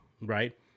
right